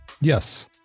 Yes